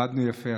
עבדנו יפה,